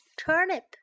turnip